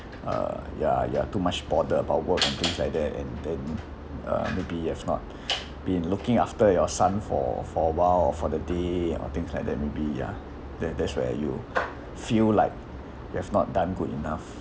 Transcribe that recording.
uh ya ya too much bother about work and things like that and then uh maybe you have not been looking after your son for for awhile or for the day or things like that maybe ya that that's where you feel like you have not done good enough